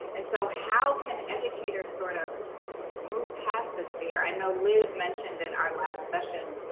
and so how can educators sort of move past this fear? i know liz mentioned in our last session,